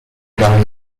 لحاظ